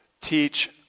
teach